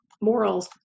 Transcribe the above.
morals